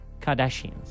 Kardashians